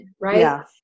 right